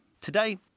Today